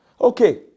okay